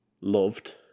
loved